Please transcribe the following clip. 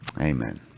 amen